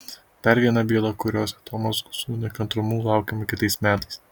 dar viena byla kurios atomazgų su nekantrumu laukiame kitais metais